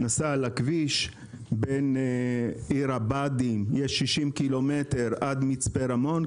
הוא נסע על הכביש בין עיר הבה"דים עד מצפה רמון,